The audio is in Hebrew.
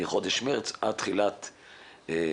מחודש מארס עד תחילת מאי,